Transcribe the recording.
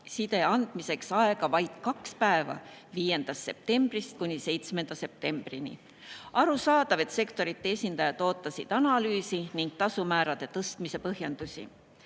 andmiseks aega vaid kaks päeva: 5. septembrist kuni 7. septembrini. Arusaadav, et sektorite esindajad ootasid analüüsi ning tasumäärade tõstmise põhjendusi.